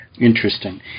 Interesting